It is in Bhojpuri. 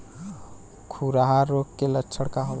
खुरहा रोग के लक्षण का होला?